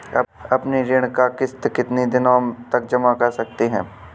अपनी ऋण का किश्त कितनी दिनों तक जमा कर सकते हैं?